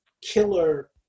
killer